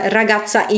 ragazza